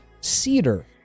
cedar